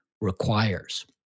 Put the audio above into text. requires